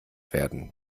werden